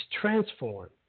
transform